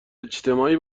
اجتماعی